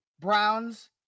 Browns